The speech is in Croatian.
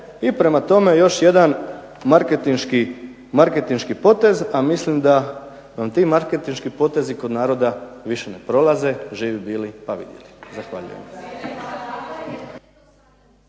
i prema tome još jedan marketinški potez, a mislim da vam ti marketinški potezi kod naroda više ne prolaze. Živi bili pa vidjeli. Zahvaljujem.